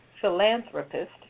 philanthropist